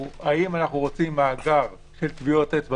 הוא האם אנחנו רוצים מאגר של טביעות אצבע